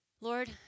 Lord